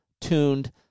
tuned